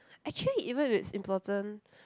actually even if it's important